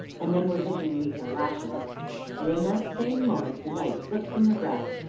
and then were hidden neath her lashes and, in that same moment, the knife slipped from her grasp,